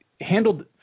handled